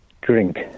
Drink